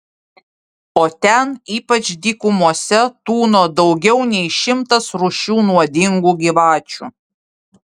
o ten ypač dykumose tūno daugiau nei šimtas rūšių nuodingų gyvačių